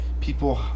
people